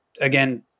again